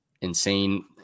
Insane